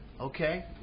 Okay